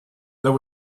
there